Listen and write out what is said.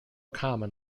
common